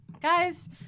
guys